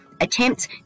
Attempts